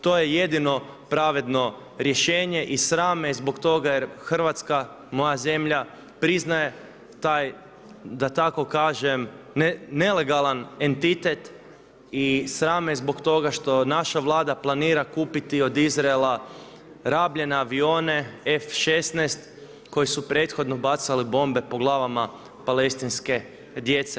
To je jedino pravedno rješenje i sram me zbog toga jer Hrvatska, moja zemlja priznaje taj, da tako kažem nelegalan entitet i sram me zbog toga što naša Vlada planira kupiti od Izraela rabljene avione F16 koji su prethodno bacali bombe po glavama palestinske djece.